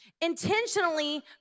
Intentionally